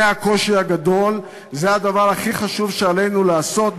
זה הקושי הגדול וזה הדבר הכי חשוב שעלינו לעשות בעבורם,